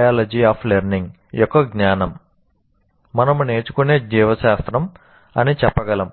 biology of learning యొక్క జ్ఞానం మనము నేర్చుకునే జీవశాస్త్రం అని చెప్పగలం